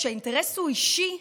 כשהאינטרס הוא אישי,